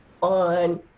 on